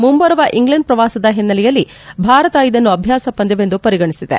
ಮುಂಬರುವ ಇಂಗ್ಲೆಂಡ್ ಪ್ರವಾಸದ ಹಿನ್ನೆಲೆಯಲ್ಲಿ ಭಾರತ ಇದನ್ನು ಅಭ್ವಾಸ ಪಂದ್ವವೆಂದು ಪರಿಗಣಿಸಿದೆ